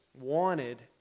wanted